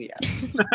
yes